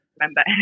remember